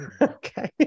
Okay